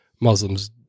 Muslims